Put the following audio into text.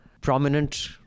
prominent